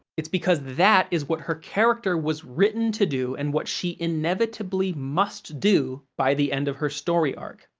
it's because that is what her character was written to do and what she inevitably must do by the end of her story arc.